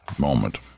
moment